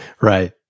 Right